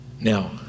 Now